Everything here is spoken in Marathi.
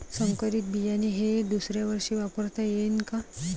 संकरीत बियाणे हे दुसऱ्यावर्षी वापरता येईन का?